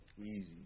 Easy